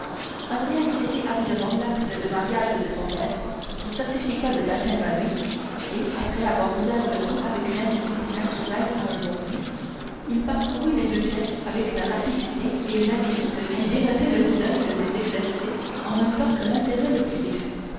saisit avidement l'acte de mariage de son père son certificat de baptême à lui et après avoir ouvert le tout avec une avidité naturelle à un bon fils il parcourut les deux pièces avec une rapidité et une habitude qui dénotaient le coup d'oeil le plus exercé en même temps que l'intérêt le plus vif